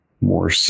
more